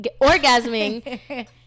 orgasming